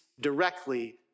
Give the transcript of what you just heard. directly